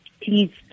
Please